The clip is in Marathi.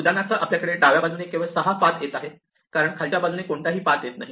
उदाहरणार्थ आपल्याकडे डाव्या बाजूने केवळ 6 पाथ येत आहे कारण खालच्या बाजूने कोणताही पाथ येत नाही